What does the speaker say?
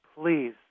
please